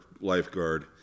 lifeguard